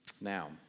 now